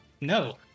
No